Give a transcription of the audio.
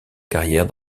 carrière